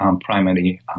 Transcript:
primary